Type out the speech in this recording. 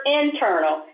internal